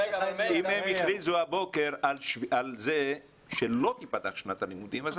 הם הכריזו הבוקר על כך שלא תיפתח שנת הלימודים.